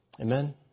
Amen